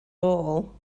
all